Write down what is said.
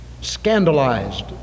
scandalized